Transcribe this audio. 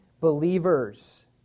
believers